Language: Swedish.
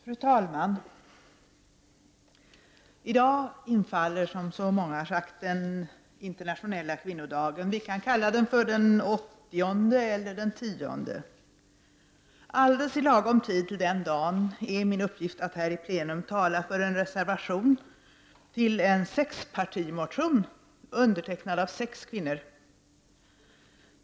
Fru talman! I dag infaller, som så många redan har sagt, den internationella kvinnodagen som vi kan kalla för den 80:e eller den 10:e. Alldeles i lagom tid till den dagen är det min uppgift att här i plenum tala för en reservation som grundas på en sexpartimotion undertecknad av sex kvinnor.